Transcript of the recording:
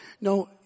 no